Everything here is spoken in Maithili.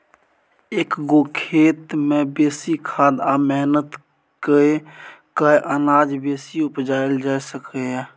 एक्क गो खेत मे बेसी खाद आ मेहनत कए कय अनाज बेसी उपजाएल जा सकैए